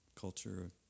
culture